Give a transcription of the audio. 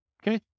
okay